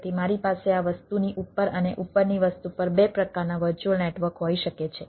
તેથી મારી પાસે આ વસ્તુની ઉપર અને ઉપરની વસ્તુ પર 2 પ્રકારના વર્ચ્યુઅલ નેટવર્ક હોઈ શકે છે